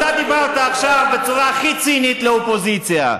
אתה דיברת עכשיו בצורה הכי צינית על האופוזיציה.